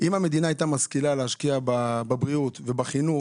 אם המדינה הייתה משכילה להשקיע בבריאות ובחינוך,